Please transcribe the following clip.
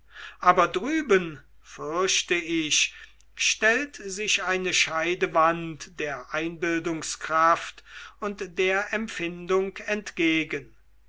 aber drüben fürchte ich stellt sich eine scheidewand der einbildungskraft und der empfindung entgegen